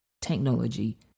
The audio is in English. technology